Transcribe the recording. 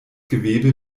gewebe